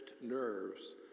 nerves